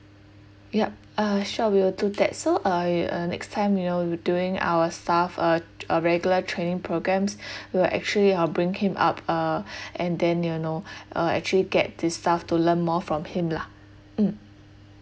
yup uh sure we will do that so uh uh next time you know you during our staff uh uh regular training programmes we'll actually uh bring him up uh and then you know uh actually get this staff to learn more from him lah mm